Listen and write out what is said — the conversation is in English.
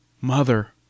MOTHER